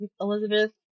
Elizabeth